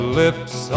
lips